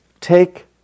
take